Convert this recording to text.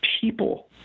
people